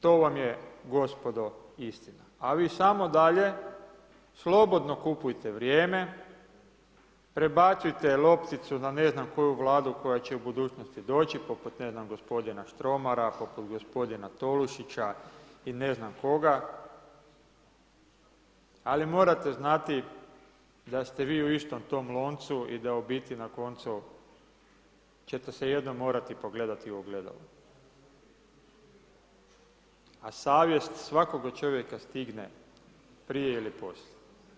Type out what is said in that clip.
To vam je gospodo istina, a vi samo dalje slobodno kupujte vrijeme, prebacujte lopticu na ne znam koju Vladu koja će u budućnosti doći, poput, ne znam, gospodina Štromara, poput gospodina Tolušića i ne znam koga, ali morate znati da ste vi u istom tom loncu i da u biti na koncu ćete se jednom morati pogledati u ogledalo, a savjest svakoga čovjeka stigne prije ili poslije.